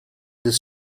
this